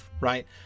right